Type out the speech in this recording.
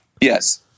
yes